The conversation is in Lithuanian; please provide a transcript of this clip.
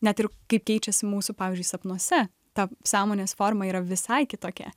net ir kaip keičiasi mūsų pavyzdžiui sapnuose ta sąmonės forma yra visai kitokia